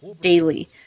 daily